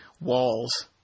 walls